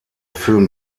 film